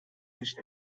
nicht